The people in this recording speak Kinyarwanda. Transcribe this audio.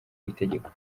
itegeko